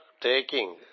taking